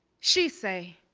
she say,